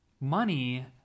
money